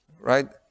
Right